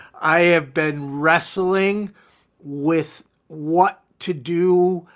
i have been wrestling with what to do,